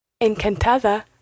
Encantada